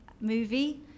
movie